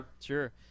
Sure